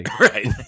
right